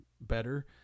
better